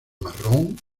marrón